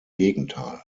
gegenteil